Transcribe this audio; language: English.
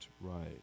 right